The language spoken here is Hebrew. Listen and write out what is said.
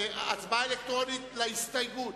הצבעה אלקטרונית על ההסתייגות.